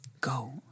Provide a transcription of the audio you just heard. go